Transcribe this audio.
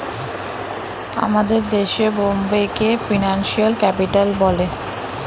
আমাদের দেশে বোম্বেকে ফিনান্সিয়াল ক্যাপিটাল বলে